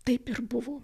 taip ir buvo